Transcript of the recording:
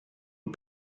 aux